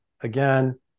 again